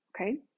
okay